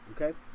Okay